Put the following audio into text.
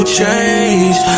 change